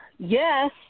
Yes